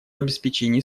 обеспечении